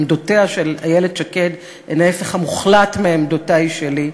עמדותיה של איילת שקד הן ההפך המוחלט מעמדותי שלי,